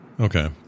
okay